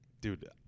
Dude